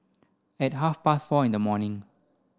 at half past four in the morning